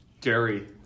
Jerry